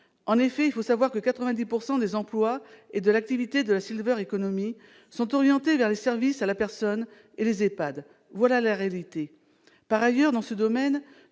En effet, il faut savoir que 90 % des emplois et de l'activité de la « économie » sont orientés vers les services à la personne et vers les EHPAD ; voilà la réalité. Par ailleurs, dans ce domaine,